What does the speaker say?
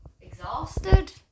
Exhausted